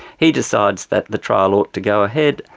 he decides that the trial ought to go ahead,